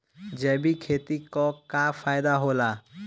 जैविक खेती क का फायदा होला?